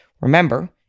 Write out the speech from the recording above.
Remember